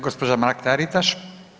Gospođa Mrak Taritaš.